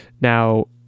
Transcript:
now